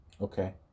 okay